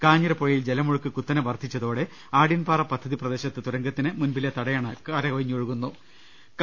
കാഞ്ഞിരപ്പുഴയിൽ ജലമൊഴുക്ക് കുത്തനെ വർധിച്ചതോടെ ആഢ്യൻപാറ പദ്ധതി പ്രദേശത്തെ തുര ങ്കത്തിന് മുൻപിലെ തടയണ കവിഞ്ഞൊഴുകുകയാണ്